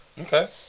Okay